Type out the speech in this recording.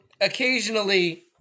occasionally